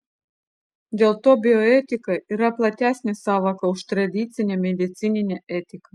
dėl to bioetika yra platesnė sąvoka už tradicinę medicininę etiką